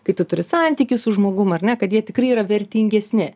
kai tu turi santykį su žmogum ar ne kad jie tikrai yra vertingesni